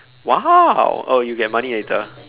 !wow! oh you get money later